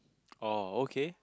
oh okay